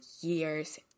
years